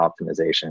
optimization